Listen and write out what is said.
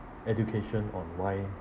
education online